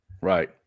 Right